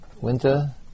winter